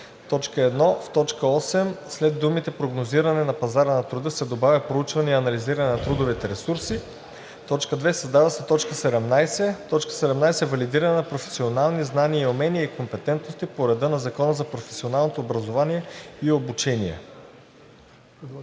1. В т. 8 след думите „прогнозиране на пазара на труда“ се добавя „проучване и анализиране на трудовите ресурси“. 2. Създава се т. 17: „17. валидиране на професионални знания, умения и компетентности по реда на Закона за професионалното образование и обучение.“